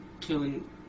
killing